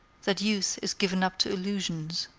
that youth is given up to illusions.